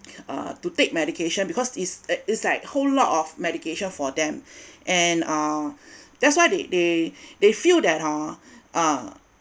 uh to take medication because is uh is like whole lot of medication for them and uh that's why they they they feel that hor uh